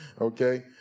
okay